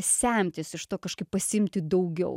semtis iš to kažkaip pasiimti daugiau